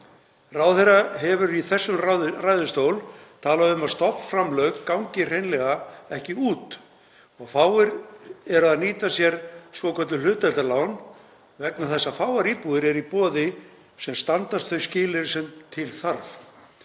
Ráðherra hefur í þessum ræðustól talað um að stofnframlög gangi hreinlega ekki út. Fáir eru að nýta sér svokölluð hlutdeildarlán vegna þess að fáar íbúðir eru í boði sem standast þau skilyrði sem til þarf.